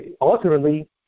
ultimately